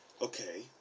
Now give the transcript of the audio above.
Okay